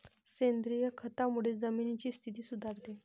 सेंद्रिय खतामुळे जमिनीची स्थिती सुधारते